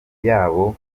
yabo